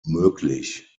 möglich